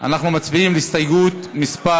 אנחנו מצביעים על הסתייגות מס'